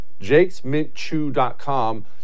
Jake'sMintChew.com